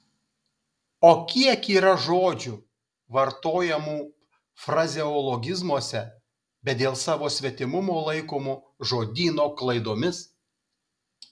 o kiek yra žodžių vartojamų frazeologizmuose bet dėl savo svetimumo laikomų žodyno klaidomis